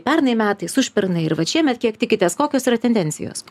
pernai metais užpernai ir vat šiemet kiek tikitės kokios yra tendencijos